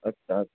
আচ্ছা আচ্ছা